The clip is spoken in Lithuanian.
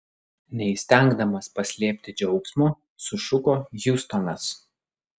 neįstengdamas paslėpti džiaugsmo sušuko hiustonas